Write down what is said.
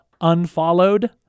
unfollowed